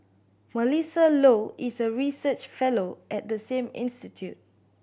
Melissa Low is a research fellow at the same institute